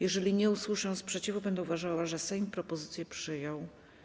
Jeżeli nie usłyszę sprzeciwu, będę uważała, że Sejm propozycję przyjął.